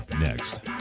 next